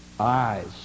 Eyes